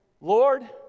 lord